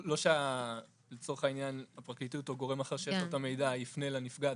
לא שלצורך העניין הפרקליטות או גורם אחר שיש לו את המידע יפנה לנפגעת,